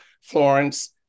Florence